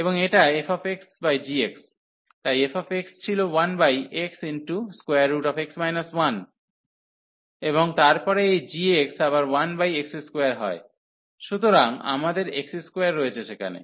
এবং এটা fxgx তাই f ছিল 1xx 1 এবং তারপরে এই g আবার 1x2 হয় সুতরাং আমাদের x2 রয়েছে সেখানে